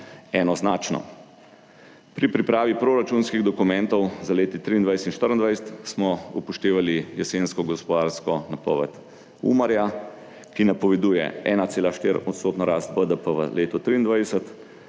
enoznačno. Pri pripravi proračunskih dokumentov za leti 2023, 2024 smo upoštevali jesensko gospodarsko napoved Umarja, ki napoveduje ena 1,4 % rast BDP v letu 2023,